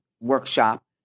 workshop